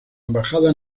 embajada